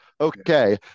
Okay